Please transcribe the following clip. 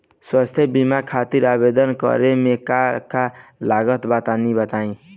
स्वास्थ्य बीमा खातिर आवेदन करे मे का का लागत बा तनि बताई?